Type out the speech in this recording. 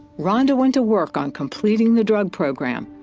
rhonda went to work on completing the drug program.